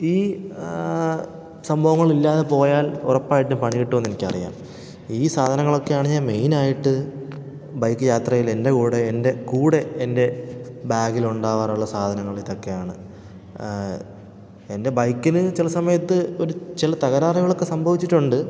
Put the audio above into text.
ഈ സംഭവങ്ങളില്ലാതെ പോയാൽ ഉറപ്പായിട്ടും പണി കിട്ടുമെന്ന് എനിക്കറിയാം ഈ സാധനങ്ങളൊക്കെയാണ് ഞാൻ മെയിനായിട്ട് ബൈക്ക് യാത്രയിൽ എൻ്റെ കൂടെ എൻ്റെ കൂടെ എൻ്റെ ബാഗിലുണ്ടാവാറുള്ള സാധനങ്ങളിതൊക്കെയാണ് എൻ്റെ ബൈക്കിന് ചില സമയത്ത് ഒരു ചില തകരാറുകളൊക്കെ സംഭവിച്ചിട്ടുണ്ട്